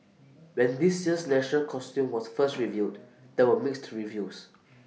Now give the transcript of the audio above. when this year's national costume was first revealed there were mixed reviews